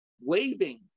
waving